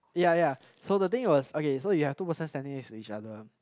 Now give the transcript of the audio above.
ya ya so the thing was okay so you have two person standing next to each other